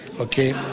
okay